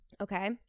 Okay